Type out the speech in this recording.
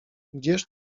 gdzież